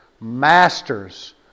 Masters